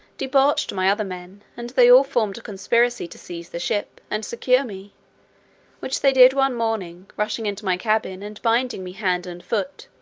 debauched my other men, and they all formed a conspiracy to seize the ship, and secure me which they did one morning, rushing into my cabin, and binding me hand and foot,